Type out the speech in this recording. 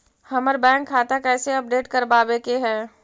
हमर बैंक खाता कैसे अपडेट करबाबे के है?